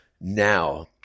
now